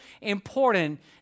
important